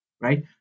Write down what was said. right